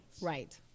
right